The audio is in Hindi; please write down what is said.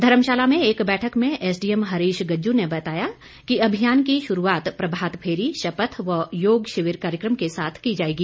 धर्मशाला में एक बैठक में एसडीएम हरीश गज्जू ने बताया कि अभियान की शुरूआत प्रभात फेरी शपथ व योग शिविर कार्यक्रम के साथ की जाएगी